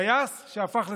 טייס שהפך לסלקטור.